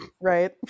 right